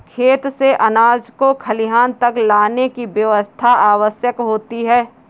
खेत से अनाज को खलिहान तक लाने की व्यवस्था आवश्यक होती है